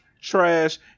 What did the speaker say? trash